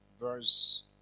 verse